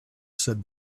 said